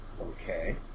Okay